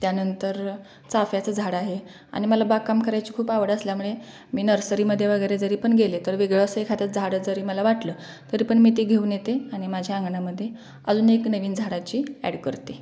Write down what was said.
त्यानंतर चाफ्याचं झाड आहे आणि मला बागकाम करायची खूप आवड असल्यामुळे मी नर्सरीमध्ये वगैरे जरी पण गेले तर वेगळं असं एखादं झाड जरी मला वाटलं तरी पण मी ते घेऊन येते आणि माझ्या अंगणामध्ये अजून एक नवीन झाडाची ॲड करते